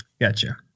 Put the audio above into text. Gotcha